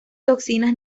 toxinas